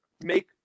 make